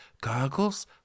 Goggles